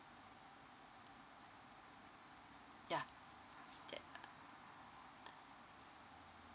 ya